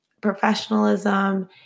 professionalism